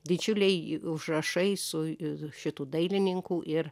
didžiuliai užrašai su šitų dailininkų ir